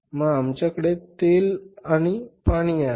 मग आमच्याकडे तेल आणि पाणी आहे